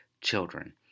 children